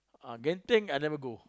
ah Genting I never go